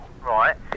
Right